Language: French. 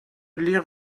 les